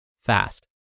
fast